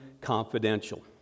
confidential